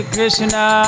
Krishna